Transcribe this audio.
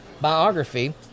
biography